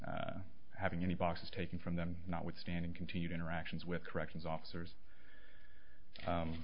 deny having any boxes taken from them notwithstanding continued interactions with corrections officers